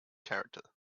character